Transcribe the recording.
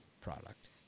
product